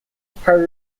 part